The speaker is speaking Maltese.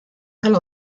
tal